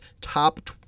top